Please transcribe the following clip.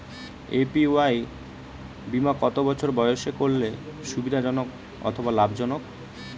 APY বীমা কত বছর বয়সে করলে সুবিধা জনক অথবা লাভজনক?